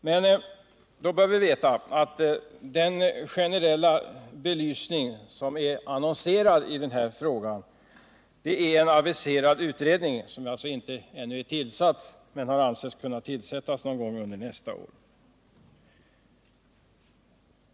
Men vi bör veta att den generella belysning det gäller i denna fråga är en aviserad utredning, som alltså inte ännu är tillsatt men som har ansetts kunna tillsättas någon gång under nästa år.